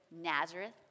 Nazareth